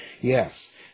yes